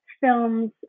films